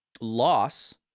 loss